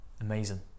amazing